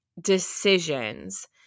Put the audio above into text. decisions